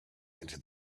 into